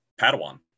Padawan